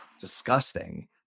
disgusting